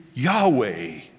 Yahweh